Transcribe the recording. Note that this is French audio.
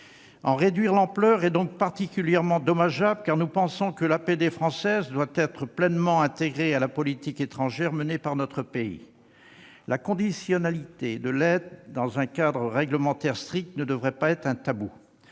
En réduire l'ampleur est donc particulièrement regrettable, car nous pensons que l'APD française doit être pleinement intégrée à la politique étrangère de notre pays. De ce point de vue, la conditionnalité de l'aide, dans un cadre réglementaire strict, ne devrait pas être un tabou.